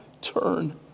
turn